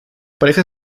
pareja